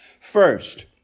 First